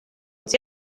uns